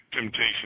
Temptation